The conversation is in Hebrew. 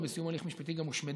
ובסיום הליך משפטי גם הושמדו.